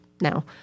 now